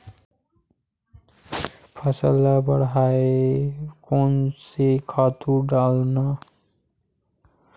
फसल ल बढ़ाय कोन से खातु डालन?